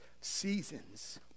seasons